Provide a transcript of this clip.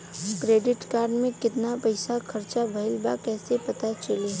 Credit card के कितना पइसा खर्चा भईल बा कैसे पता चली?